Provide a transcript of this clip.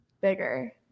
bigger